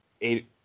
eight